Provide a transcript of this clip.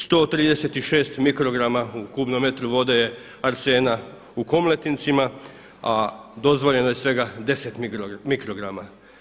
136 mikrograma u kubnom metru vode je arsena u Komletincima, a dozvoljeno je svega 10 mikrograma.